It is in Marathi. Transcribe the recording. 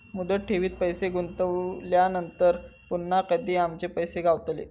मुदत ठेवीत पैसे गुंतवल्यानंतर पुन्हा कधी आमचे पैसे गावतले?